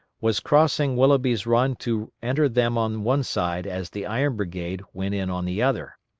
was crossing willoughby's run to enter them on one side as the iron brigade went in on the other.